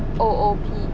O O P